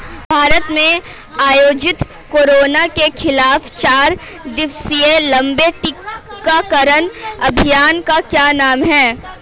भारत में आयोजित कोरोना के खिलाफ चार दिवसीय लंबे टीकाकरण अभियान का क्या नाम है?